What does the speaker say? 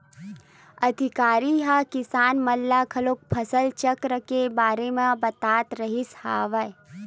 अधिकारी ह किसान मन ल घलोक फसल चक्र के बारे म बतात रिहिस हवय